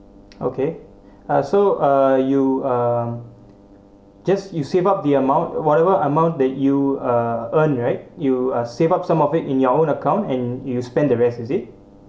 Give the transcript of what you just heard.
okay uh so uh you uh just you save up the amount whatever amount that you uh earn right you are save up some of it in your own account and you spend the rest is it